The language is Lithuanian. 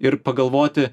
ir pagalvoti